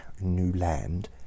Newland